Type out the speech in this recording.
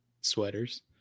sweaters